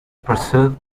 pursuit